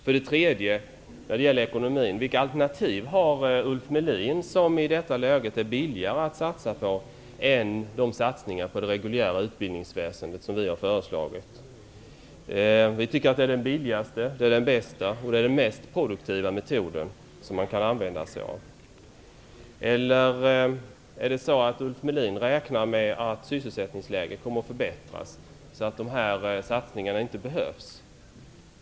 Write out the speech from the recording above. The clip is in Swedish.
För det tredje: Vilket alternativ har Ulf Melin att satsa på när det gäller ekonomin vilket är billigare än de satsningar på det reguljära utbildningsväsendet som vi har föreslagit? Vi tycker att detta stöd är den billigaste, den bästa och den mest produktiva metod som man kan använda. Eller räknar Ulf Melin med att sysselsättningsläget kommer att förbättras, så att de här satsningarna inte behövs?